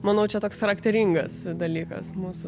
manau čia toks charakteringas dalykas mūsų